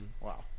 wow